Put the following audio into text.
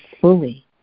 fully